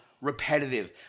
repetitive